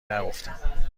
نگفتم